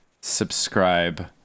subscribe